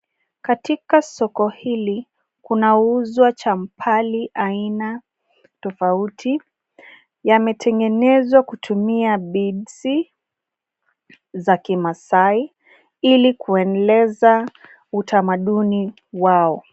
Katika soko hili, kunauzwa champali aina tofauti. Yametengenezwa kutumia beads za kimasai ili kuendeleza utamaduni wao.